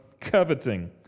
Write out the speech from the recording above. coveting